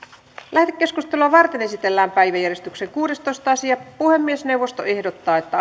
lähetekeskustelua varten esitellään päiväjärjestyksen kuudestoista asia puhemiesneuvosto ehdottaa että